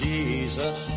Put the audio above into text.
Jesus